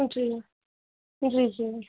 जी जी जी